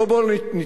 לא בואו נתקוף.